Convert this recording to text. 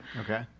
okay